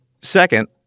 Second